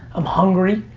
i'm hungry.